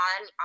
on